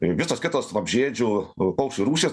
ir visos kitos vabzdžiaėdžių paukščių rūšys